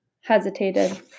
hesitated